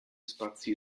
spazi